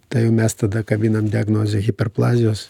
tai jau mes tada kabinam diagnozę hiperplazijos